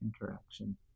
interaction